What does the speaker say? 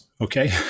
okay